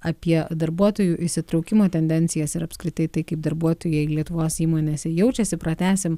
apie darbuotojų įsitraukimo tendencijas ir apskritai tai kaip darbuotojai lietuvos įmonėse jaučiasi pratęsim